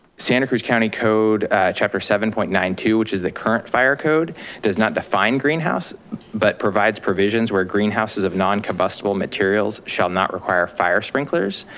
santa cruz code chapter seven point nine two which is the current fire code does not define greenhouse but provides provisions where greenhouses of non combustible materials shall not require fire sprinklers,